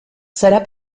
serà